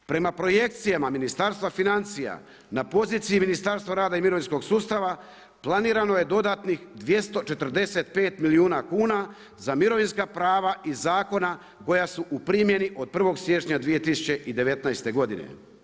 Prema projekcijama Ministarstva financija, na poziciji Ministarstva rada i mirovinskog sustava planirano je dodatnih 245 milijuna kuna za mirovinska prava i zakona koja su u primjeni od 1. siječnja 2019. godine.